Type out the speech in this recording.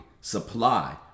supply